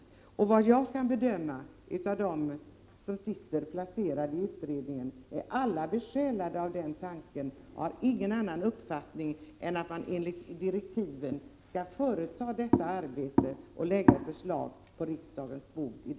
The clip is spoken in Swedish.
Enligt vad jag kan bedöma i fråga om dem som ingår i beredningen är alla besjälade av tanken att genomföra utredningsarbetet i enlighet med direktiven och lägga fram förslag som så småningom kommer på riksdagens bord.